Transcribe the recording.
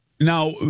Now